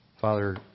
Father